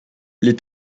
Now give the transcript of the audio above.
les